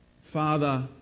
Father